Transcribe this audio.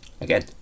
Again